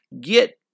get